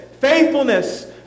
faithfulness